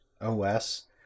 OS